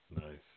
Nice